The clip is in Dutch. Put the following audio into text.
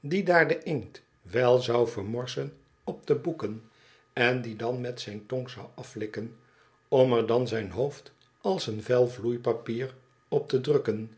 die daar waarschijnlijk de inkt wel de heer barlow zou vermorsen op de boeken en die dan met zijn tong zou aflikken om er dan zijn hoofd als een vel vloeipapier op te drukken